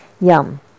yum